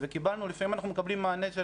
וקיבלנו לפעמים אנחנו מקבלים מענה של